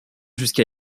jusqu’à